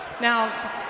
Now